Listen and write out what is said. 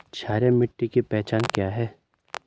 क्षारीय मिट्टी की पहचान क्या है?